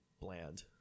bland